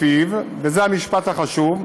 ולפיו,